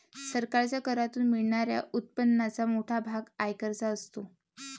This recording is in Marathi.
सरकारच्या करातून मिळणाऱ्या उत्पन्नाचा मोठा भाग आयकराचा असतो